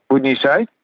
wouldn't you say?